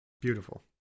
Beautiful